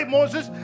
Moses